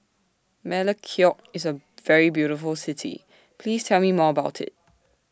Melekeok IS A very beautiful City Please Tell Me More about IT